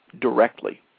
directly